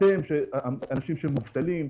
אתם המובטלים,